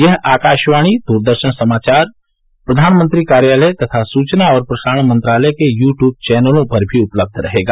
यह आकाशवाणी दूरदर्शन समाचार प्रधानमंत्री कार्यालय तथा सूचना और प्रसारण मंत्रालय के यू ट्यूब चैनलों पर भी उपलब्ध रहेगा